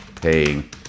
paying